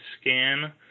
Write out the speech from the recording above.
scan